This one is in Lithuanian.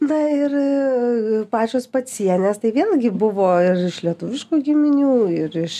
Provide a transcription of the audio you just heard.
na ir pačios pacienės tai vėlgi buvo ir iš lietuviškų giminių ir iš